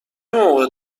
موقع